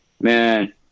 man